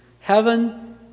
heaven